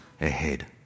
ahead